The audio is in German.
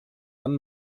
dann